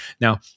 Now